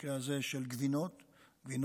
ובמקרה הזה של גבינות קשות.